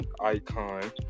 icon